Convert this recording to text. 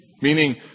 meaning